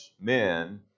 men